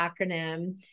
acronym